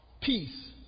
peace